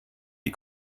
die